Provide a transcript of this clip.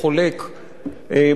ברמה העקרונית,